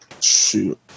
Shoot